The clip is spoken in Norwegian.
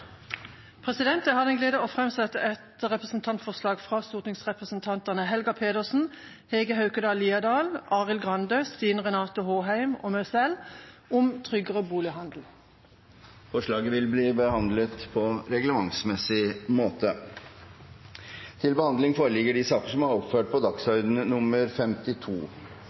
Jeg har den glede å framsette et representantforslag fra stortingsrepresentantene Helga Pedersen, Hege Haukeland Liadal, Arild Grande, Stine Renate Håheim og meg selv om tryggere bolighandel. Forslaget vil bli behandlet på reglementsmessig måte. Før sakene på dagens kart tas opp til behandling,